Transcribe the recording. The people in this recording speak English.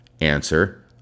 Answer